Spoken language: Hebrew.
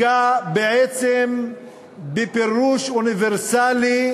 מציגה בעצם בפירוש אוניברסלי,